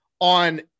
on